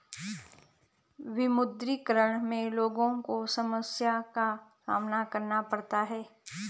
विमुद्रीकरण में लोगो को समस्या का सामना करना पड़ता है